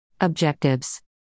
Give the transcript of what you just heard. Objectives